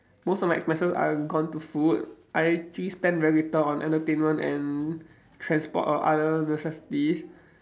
most of my expenses are gone to food I actually spend very little on entertainment and transport or other necessities